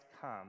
come